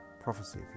prophecy